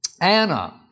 Anna